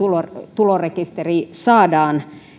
tulorekisteri saadaan